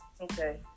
Okay